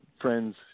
friends